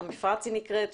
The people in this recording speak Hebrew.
היא נקראת "המפרץ",